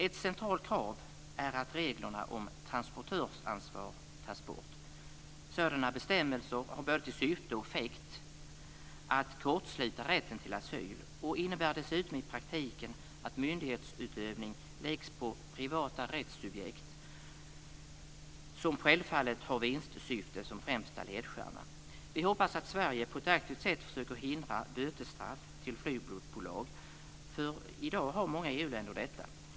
Ett centralt krav är att reglerna om transportörsansvar tas bort. Sådana bestämmelser har både till syfte och effekt att kortsluta rätten till asyl och de innebär dessutom i praktiken att myndighetsutövning läggs på privata rättssubjekt som självfallet har vinstsyfte som främsta ledstjärna. Vi hoppas att Sverige på ett aktivt sätt försöker hindra bötesstraff för flygbolag - i dag är det många EU-länder som har detta.